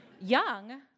Young